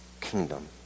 kingdom